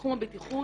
בתחום הבטיחות